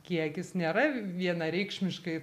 kiekis nėra vienareikšmiškai